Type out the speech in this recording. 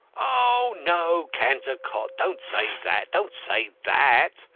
oh, no, cantercot. don't say that don't say that!